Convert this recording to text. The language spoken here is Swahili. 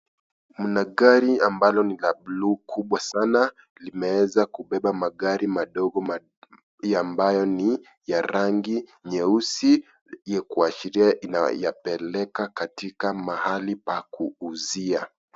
Mna gari ambalo nila bluu kubwa sana limeeza kubeba magari madogo ya ambayo ni ya rangi nyeusi ya kuashiria inayapeleka katika mahali pa kuuzia.